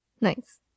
Nice